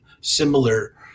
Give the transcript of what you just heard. similar